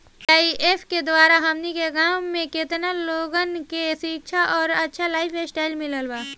AIF के द्वारा हमनी के गांव में केतना लोगन के शिक्षा और अच्छा लाइफस्टाइल मिलल बा